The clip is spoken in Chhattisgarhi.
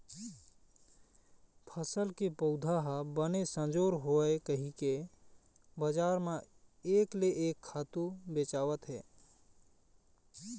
फसल के पउधा ह बने संजोर होवय कहिके बजार म एक ले एक खातू बेचावत हे